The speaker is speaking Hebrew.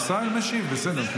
ישראל משיב, בסדר.